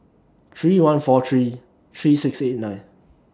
three one four three three six eight nine